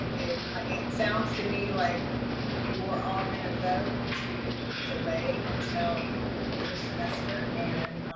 and if ah it sounds to me like you're all gonna vote to delay until the first semester. and